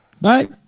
Bye